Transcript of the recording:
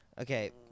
Okay